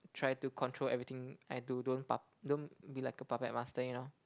try to control everything I do don't but don't be like a puppet master you know